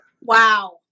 Wow